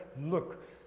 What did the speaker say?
look